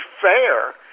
fair